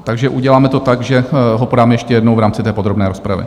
Takže uděláme to tak, že ho podáme ještě jednou v rámci té podrobné rozpravy.